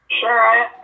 Sure